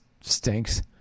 stinks